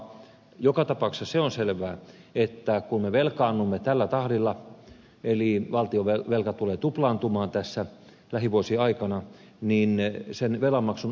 joka tapauksessa se on selvää että kun me velkaannumme tällä tahdilla eli valtionvelka tulee tuplaantumaan lähivuosien aikana niin sen velanmaksun aikakin koittaa